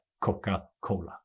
Coca-Cola